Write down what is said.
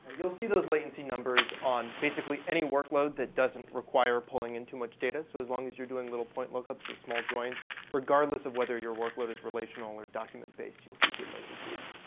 you'll see those latency numbers on basically any workload that doesn't require pulling in too much data so as long as you're doing little point lookups, or small joins regardless of whether your workload is relational or document based you'll see good layton sees